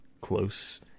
close